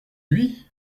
lui